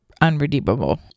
unredeemable